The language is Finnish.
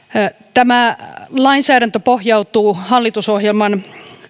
tämä lainsäädäntö pohjautuu hallitusohjelman